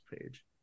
page